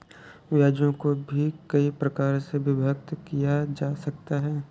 ब्याजों को भी कई प्रकार से विभक्त किया जा सकता है